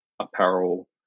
apparel